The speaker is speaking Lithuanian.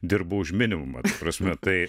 dirbu už minimumą prasme tai